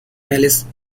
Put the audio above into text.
malice